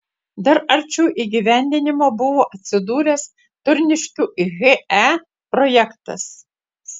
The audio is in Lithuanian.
dar arčiau įgyvendinimo buvo atsidūręs turniškių he projektas